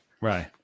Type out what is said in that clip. Right